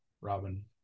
Robin